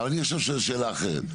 אני אשאל אתכם עכשיו שאלה אחרת.